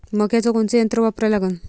मक्याचं कोनचं यंत्र वापरा लागन?